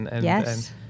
Yes